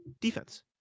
Defense